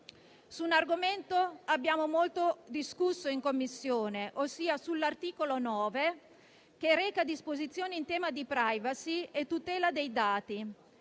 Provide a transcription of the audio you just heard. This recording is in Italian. altro argomento abbiamo molto discusso in Commissione. Mi riferisco all'articolo 9, che reca disposizioni in tema di *privacy* e tutela dei dati.